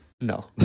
no